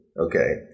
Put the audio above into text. Okay